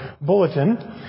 bulletin